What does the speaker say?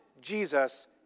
Jesus